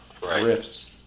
riffs